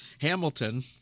Hamilton